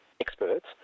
experts